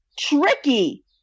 Tricky